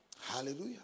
Hallelujah